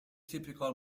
typical